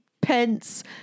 pence